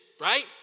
right